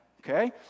okay